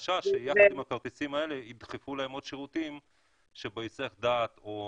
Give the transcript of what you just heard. יש לי חשש שיחד עם הכרטיסים האלה ידחפו להם עוד שירותים שבהיסח הדעת או